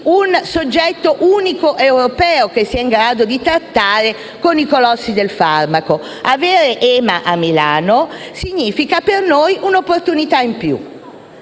un soggetto unico europeo in grado di trattare con i colossi del farmaco. Avere EMA a Milano significa per noi avere un'opportunità in più.